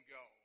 go